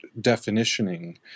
definitioning